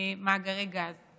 מאגרי גז,